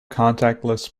contactless